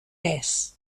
pes